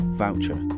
voucher